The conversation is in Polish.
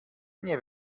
nie